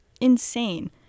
insane